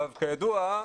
כידוע,